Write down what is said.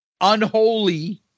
Unholy